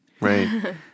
Right